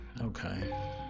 Okay